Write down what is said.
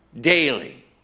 daily